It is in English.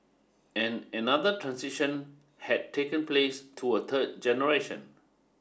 and another transition had taken place to a third generation